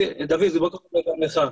דוד, בוקר טוב גם לך.